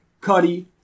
Cuddy